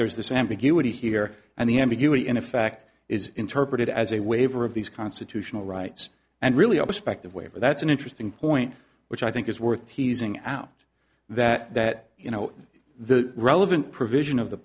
there is this ambiguity here and the ambiguity in a fact is interpreted as a waiver of these constitutional rights and really all the spec that way for that's an interesting point which i think is worth teasing out that that you know the relevant provision of the